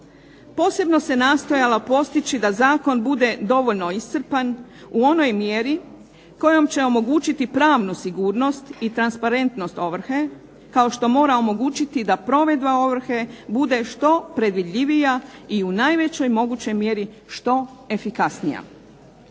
Posebno se nastojalo postići da Zakon bude dovoljno iscrpan u onoj mjeri u kojoj će osigurati pravnu sigurnost i transparentnost ovrhe kao što mora omogućiti da provedba ovrhe bude što predvidljivija i u najvećoj mogućoj mjeri što efikasnija.